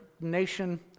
nation